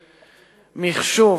ומחשוב,